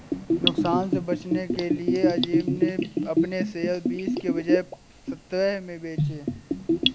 नुकसान से बचने के लिए अज़ीम ने अपने शेयर बीस के बजाए सत्रह में बेचे